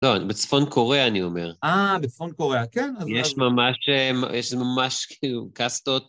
לא, בצפון קוריאה, אני אומר. אה, בצפון קוריאה, כן? יש ממש, יש ממש כאילו, קסטות